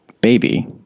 Baby